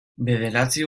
bederatzi